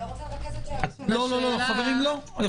אני